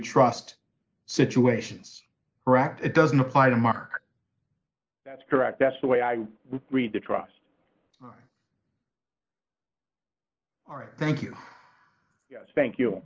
trust situations correct it doesn't apply to mark that's correct that's the way i read the trust all right thank you thank you